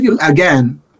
again